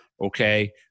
Okay